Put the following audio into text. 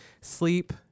sleep